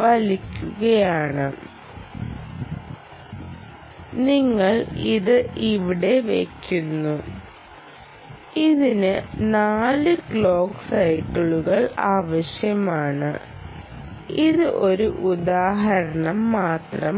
വലിക്കുകയാണ് നിങ്ങൾ ഇത് ഇവിടെ വെയ്ക്കുന്നു ഇതിന് 4 ക്ലോക്ക് സൈക്കിളുകൾ ആവശ്യമാണ് ഇത് ഒരു ഉദാഹരണം മാത്രമാണ്